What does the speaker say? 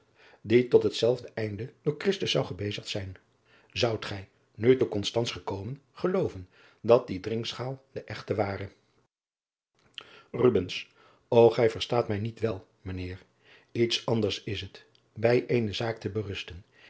die tot hetzelsde einde door christus zou gebezigd zijn zoudt gij nu te konstans gekomen gelooven dat die drinkschaal de echte ware rubbens o gij verstaat mij niet wel mijn heer iets anders is het bij eene zaak te berusten